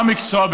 ה-מקצוע,